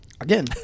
Again